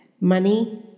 money